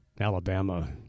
Alabama